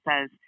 says